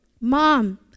Mom